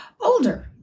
older